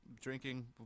drinking